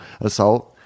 assault